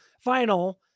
final